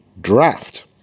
draft